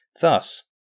Thus